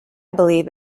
believe